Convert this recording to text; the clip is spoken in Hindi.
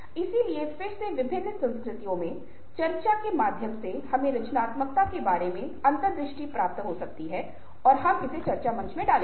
इसलिए फिर से विभिन्न संस्कृतियों में चर्चा मंच के माध्यम से हमें रचनात्मकता के बारे में अंतर्दृष्टि प्राप्त हो सकती है और हम इसे चर्चा मंच में डालेंगे